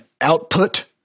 output